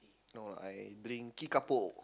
no I drink Kickapoo